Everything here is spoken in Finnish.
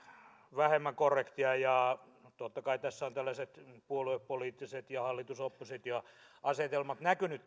vähemmän korrektia ja totta kai tässä keskustelussa ovat tällaiset puoluepoliittiset ja hallitus oppositio asetelmat näkyneet